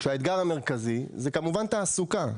כשהאתגר המרכזי זה כמובן תעסוקה.